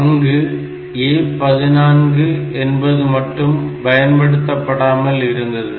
அங்கு A14 என்பது மட்டும் பயன்படுத்தப்படாமல் இருந்தது